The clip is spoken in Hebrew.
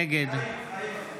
נגד